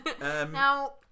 Now